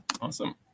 Awesome